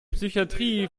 psychatrie